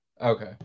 Okay